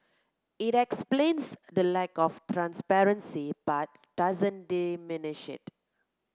it explains the lack of transparency but doesn't diminish it